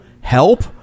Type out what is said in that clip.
help